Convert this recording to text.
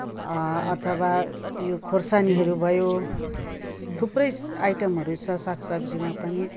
अथवा यो खोर्सानीहरू भयो थुप्रै आइटमहरू छ सागसब्जीमा पनि